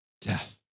death